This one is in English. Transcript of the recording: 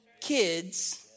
kids